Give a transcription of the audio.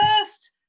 first